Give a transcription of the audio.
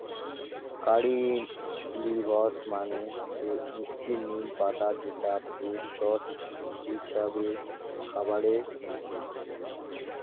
কারী leaves মানে হসে মিস্টি নিম পাতা যেটা ভেষজ হিছাবে খাবারে নাগে